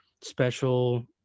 special